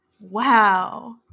Wow